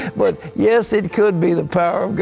but yes, it could be the power